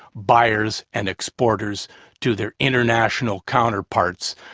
buyers and exporters to their international counterparts,